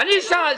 אני שאלתי.